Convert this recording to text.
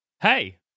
Hey